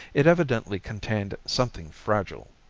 it evidently contained something fragile.